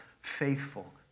faithful